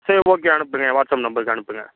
சரி ஓகே அனுப்புங்க என் வாட்ஸ்அப் நம்பருக்கே அனுப்புங்க